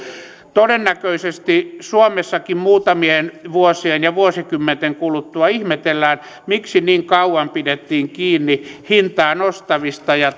todennäköisesti suomessakin muutamien vuosien ja vuosikymmenten kuluttua ihmetellään miksi niin kauan pidettiin kiinni hintaa nostavista ja